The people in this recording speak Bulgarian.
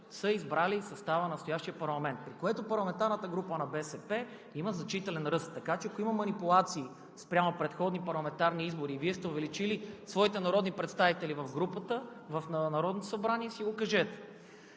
са избрали състава на настоящия парламент, при което парламентарната група на БСП има значителен ръст. Така че, ако има манипулации спрямо предходни парламентарни избори и Вие сте увеличили своите народни представители в Народното събрание, си го кажете.